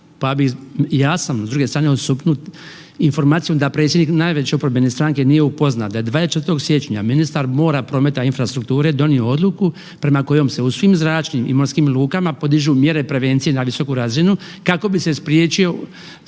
Pa bi, ja sam sa druge strane osupnut informacijom da predsjednik najveće oporbene stranke nije upoznat da je 24. siječnja ministar mora, prometa i infrastrukture donio odluku prema kojoj se u svim zračnim i morskim lukama podižu mjere prevencije na visoku razinu kako bi se spriječio